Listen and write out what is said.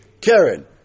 Karen